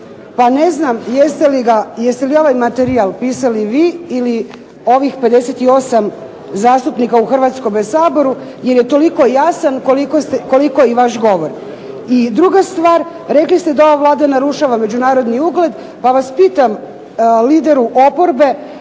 pa ne znam jeste li ga, ovaj materijal pisali vi ili ovih 58 zastupnika u Hrvatskome saboru jer je toliko jasan koliko i vaš govor. I druga stvar, rekli ste da ova Vlada narušava međunarodni ugled, pa vas pitam lideru oporbe